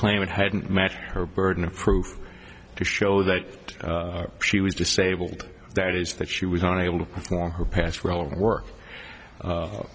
claimant hadn't met her burden of proof to show that she was disabled that is that she was unable to perform her past relevant work